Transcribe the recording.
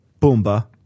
Boomba